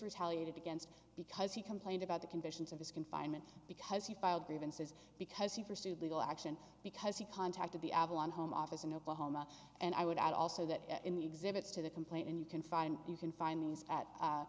rehired against because he complained about the conditions of his confinement because he filed grievances because he pursued legal action because he contacted the avalon home office in oklahoma and i would add also that in the exhibits to the complaint and you can find you can find these at